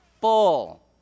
full